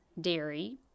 dairy